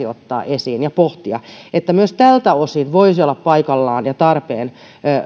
ottaa esiin ja pohtia että myös tältä osin voisi olla paikallaan ja tarpeen tehdä lainsäädäntöön